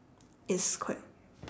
it's quite